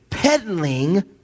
Peddling